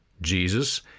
Jesus